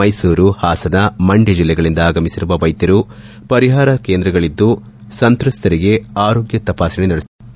ಮೈಸೂರು ಹಾಸನ ಮಂಡ್ಯ ಜಿಲ್ಲೆಗಳಿಂದ ಆಗಮಿಸಿರುವ ವೈದ್ಯರು ಪರಿಹಾರ ಕೇಂದ್ರಗಳಲ್ಲಿದ್ದು ಸಂತ್ರಸ್ಹರಿಗೆ ಆರೋಗ್ಯ ತಪಾಸಣೆ ನಡೆಸುತ್ತಿದ್ದಾರೆ